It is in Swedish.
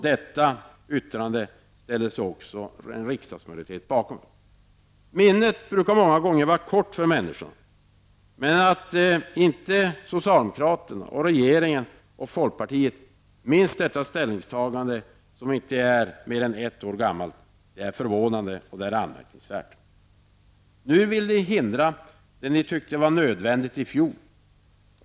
Detta yttrade ställde sig en riksdagsmajoritet bakom. Människans minne brukar många gånger vara kort. Men det är förvånande och anmärkningsvärt att varken regeringen, socialdemokraterna eller folkpartiet minns detta ställningstagande som inte är mer än ett år gammalt. Nu vill ni hindra det som ni ansåg var nödvändigt i fjol.